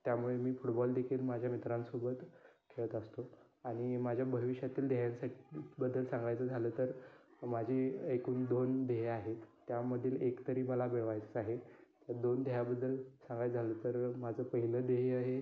त्यामुळे मी फुटबॉलदेखील माझ्या मित्रांसोबत खेळत असतो आणि माझ्या भविष्यातील ध्येयाचं बद्दल सांगायचं झालं तर माझी एकूण दोन ध्येयं आहेत त्यामधील एक तरी मला मिळवायचं आहे दोन ध्येयाबद्दल सांगायचं झालं तर माझं पहिलं ध्येय हे